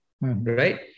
right